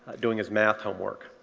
doing his math homework.